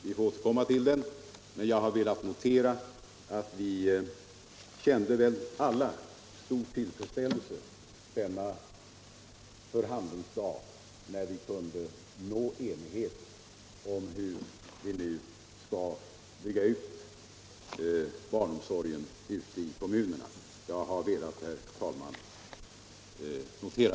Vi får återkomma till den. Jag har emellertid velat notera att vi alla kände stor tillfredsställelse denna förhandlingsdag när vi kunde nå enighet om hur vi nu skall bygga ut barnomsorgen ute i kommunerna.